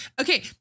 Okay